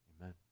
Amen